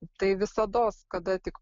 tai visados kada tik